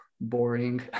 boring